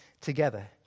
together